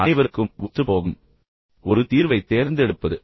அனைவருக்கும் ஒத்துப்போகும் ஒரு தீர்வைத் தேர்ந்தெடுப்பது